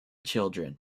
children